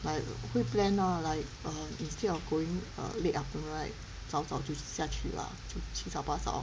like 会变 lah like err instead of going err late afternoon right 早早就下去了就七早八早